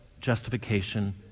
justification